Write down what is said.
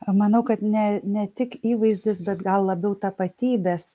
manau kad ne ne tik įvaizdis bet gal labiau tapatybės